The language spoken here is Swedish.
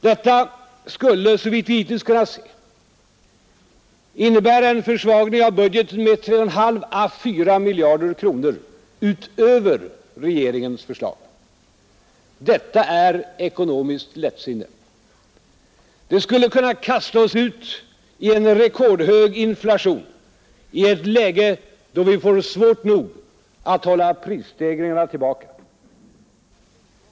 Detta skulle, såvitt vi hittills kunnat se, innebära en försvagning av budgeten med 3 1/2 å 4 miljarder kronor utöver regeringens förslag. Detta är ekonomiskt lättsinne. Det skulle kunna kasta oss ut i en rekordhög inflation i ett läge där vi får svårt nog att hålla prisstegringarna tillbaka.